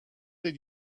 did